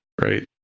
right